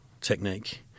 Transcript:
technique